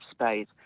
space